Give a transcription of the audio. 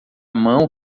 mão